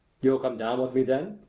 you'll come down with me, then,